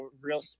real